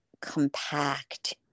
compact